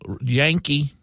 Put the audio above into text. yankee